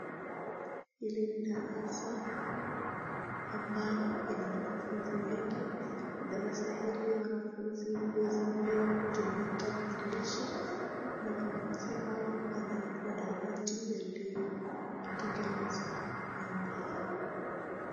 Hili ni darasa ambalo lina wanafunzi wengi. Darasa hili wanafunzi waweza pia kutumia tarakilishi na wanafunzi hao wana madawati yaliyotengenezwa na mbao.